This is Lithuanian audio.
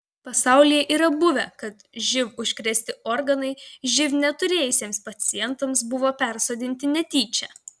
pasaulyje yra buvę kad živ užkrėsti organai živ neturėjusiems pacientams buvo persodinti netyčia